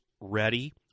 ready